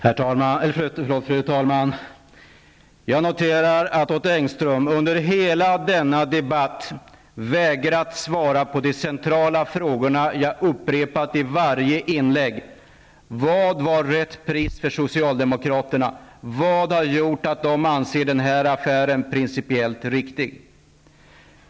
Fru talman! Jag noterar att Odd Engström under hela denna debatt vägrat svara på de centrala frågor som jag upprepat i varje inlägg: Vad var rätt pris för socialdemokraterna? Vad har gjort att man anser den här affären vara principiellt riktig?